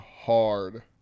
hard